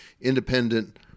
independent